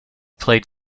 played